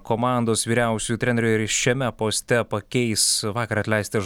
komandos vyriausiuoju treneriu ir šiame poste pakeis vakar atleistą